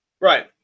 Right